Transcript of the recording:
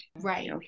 Right